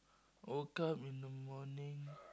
woke up in the morning